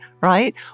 right